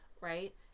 right